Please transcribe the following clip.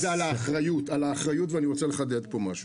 זה על האחריות ואני רוצה לחדד פה משהו,